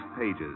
pages